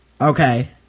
Okay